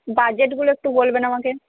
বাজেটগুলো একটু বলবেন আমাকে